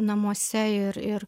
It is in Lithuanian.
namuose ir ir